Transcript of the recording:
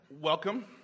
welcome